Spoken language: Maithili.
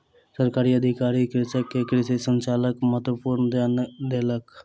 सरकारी अधिकारी कृषक के कृषि संचारक महत्वक ज्ञान देलक